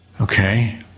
Okay